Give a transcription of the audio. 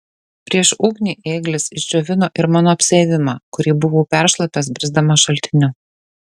prieš ugnį ėglis išdžiovino ir mano apsiavimą kurį buvau peršlapęs brisdamas šaltiniu